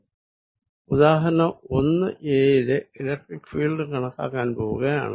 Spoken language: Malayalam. ഞാൻ ഉദാഹരണം 1a യിലെ ഇലക്ട്രിക്ക് ഫീൽഡ് കണക്കാക്കാൻ പോകുകയാണ്